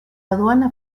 aduana